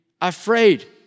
afraid